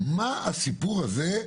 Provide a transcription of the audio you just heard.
- מה הסיפור הזה,